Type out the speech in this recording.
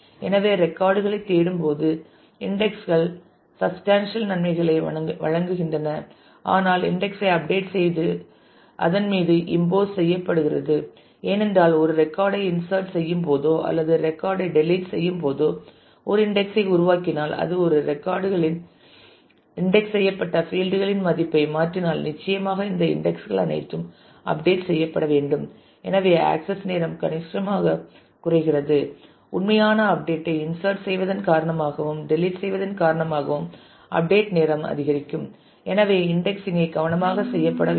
எனவே ரெக்கார்ட் களைத் தேடும்போது இன்டெக்ஸ் கள் சப்ஸ்டேன்சியல் நன்மைகளை வழங்குகின்றன ஆனால் இன்டெக்ஸ் ஐ அப்டேட் செய்வது அதன் மீது இம்போஸ் செய்யப்படுகிறது ஏனென்றால் ஒரு ரெக்கார்ட் ஐச் இன்சட் செய்யும் போதோ அல்லது ஒரு ரெக்கார்ட் ஐ டெலிட் செய்யும் போதோ ஒரு இன்டெக்ஸ் ஐ உருவாக்கினால் அல்லது ஒரு ரெக்கார்ட்களின் இன்டெக்ஸ் செய்யப்பட்ட பீல்ட்களின் மதிப்பை மாற்றினால் நிச்சயமாக இந்த இன்டெக்ஸ் கள் அனைத்தும் அப்டேட் செய்யப்பட வேண்டும் எனவே ஆக்சஸ் நேரம் கணிசமாகக் குறைகிறது உண்மையான அப்டேட் ஐ இன்சட் செய்வதன் காரணமாகவும் டெலிட் செய்வதன் காரணமாகவும் அப்டேட் நேரம் அதிகரிக்கும் எனவே இன்டெக்ஸிங் ஐ கவனமாக செய்யப்பட வேண்டும்